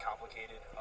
Complicated